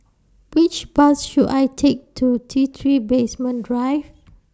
Which Bus should I Take to T three Basement Drive